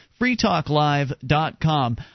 freetalklive.com